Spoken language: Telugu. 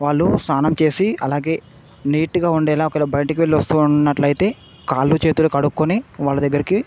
వాళ్ళు స్నానం చేసి అలాగే నీటుగా ఉండేలాగా ఒకవేళ బయటికెళ్ళి వస్తూ ఉండే లెక్కయితే కాళ్ళు చేతులు కడుక్కొని వాళ్ళ దగ్గరికి